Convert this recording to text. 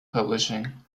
publishing